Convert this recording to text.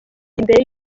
imbere